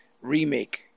remake